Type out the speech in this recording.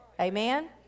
Amen